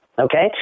okay